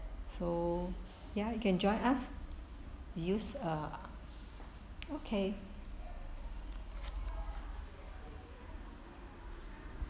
so ya you can join us use ah okay